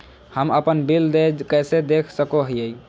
हम अपन बिल देय कैसे देख सको हियै?